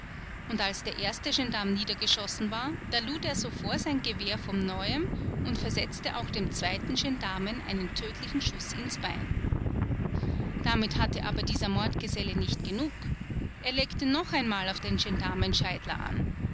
und als der erste gendarm niedergeschossen war da lud er sofort sein gewehr von neuem und versetzte auch dem zweiten gendarmen einen tödlichen schuß ins bein damit hatte aber dieser mordgeselle nicht genug er legte noch einmal auf den gendarmen scheidler an